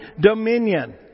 dominion